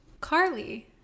Carly